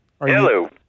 Hello